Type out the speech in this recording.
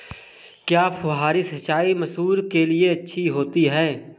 क्या फुहारी सिंचाई मसूर के लिए अच्छी होती है?